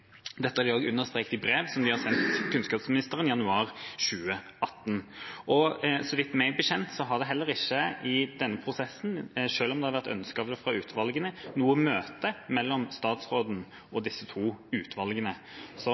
Dette har de også understreket i brev til kunnskapsministeren i januar 2018. Meg bekjent har det heller ikke i denne prosessen – selv om det har vært et ønske om det fra utvalgene – vært noe møte mellom statsråden og disse to utvalgene. Så